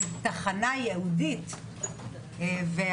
אנחנו רצינו לצאת בפיילוט של תחנה ייעודית לפגיעות מיניות,